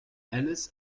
alice